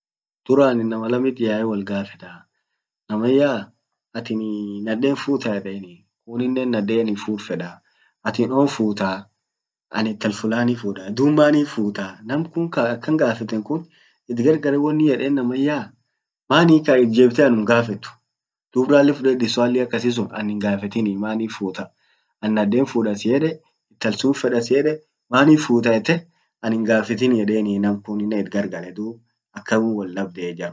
duran inama lamit yae wolgafetaa, naman yaa atinii naden futaa edenii, kuninen naden hinfud fedaa. Atin on futaa an intal fulani fudaa dub mannif futaa nam kun kaakan gafeten kun itgargale wonin yeden naman yaa maani kaatin itjebitte anum gafet dub ralle fudedi swali akasisun anin gafetinii manif futaa an naden fuda siyyede, intal sun feda siyyede mabif futa ette anin gaffetini edeni namkuninne itgargale dub akaw woldabde jarkun.